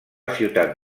ciutat